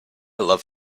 love